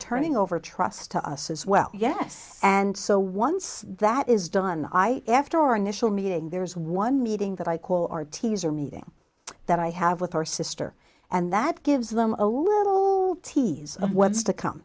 turning over trust to us as well yes and so once that is done i after our initial meeting there's one meeting that i call our teaser meeting that i have with our sister and that gives them a little tease of what's to come